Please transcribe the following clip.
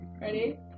Ready